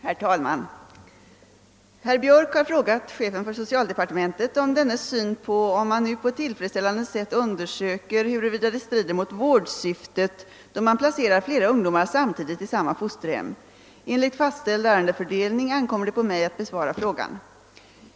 Herr talman! Herr Björck i Nässjö har frågat chefen för socialdepartementet om dennes syn på om man nu på ett tillfredsställande sätt undersöker huruvida det strider mot vårdsyftet då man placerar flera ungdomar samtidigt i samma fosterhem. Enligt fastställd ärendefördelning ankommer det på mig att besvara frågan.